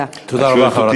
תודה רבה, חברת הכנסת.